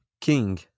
King